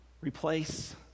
replace